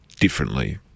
differently